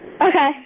Okay